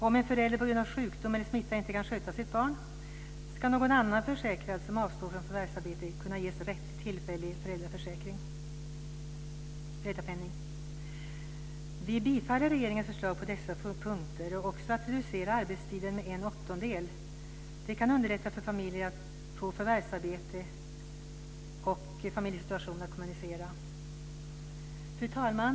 Om en förälder på grund av sjukdom eller smitta inte kan sköta sitt barn ska någon annan försäkrad som avstår från förvärvsarbete kunna ges rätt till tillfällig föräldrapenning. Vi tillstyrker regeringens förslag på dessa punkter, liksom att arbetstiden reduceras med en åttondel. Det kan underlätta för familjer att få förvärvsarbete och familjesituation att kommunicera. Fru talman!